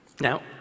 Now